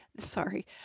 Sorry